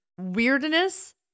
weirdness